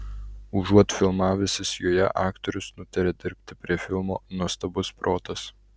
užuot filmavęsis joje aktorius nutarė dirbti prie filmo nuostabus protas